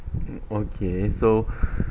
um okay so